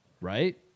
Right